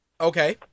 Okay